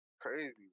Crazy